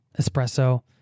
espresso